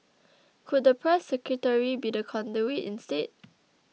could the press secretary be the conduit instead